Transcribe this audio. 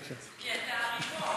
כי אתה הריבון.